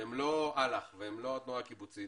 שהם לא אל"ח והם לא התנועה הקיבוצית